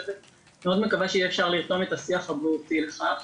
מאוד מקווה שיהיה אפשר לרתום את השיח הבריאותי לכך.